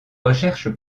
recherches